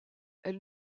elle